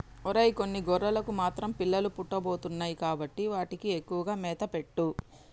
ఒరై కొన్ని గొర్రెలకు మాత్రం పిల్లలు పుట్టబోతున్నాయి కాబట్టి వాటికి ఎక్కువగా మేత పెట్టు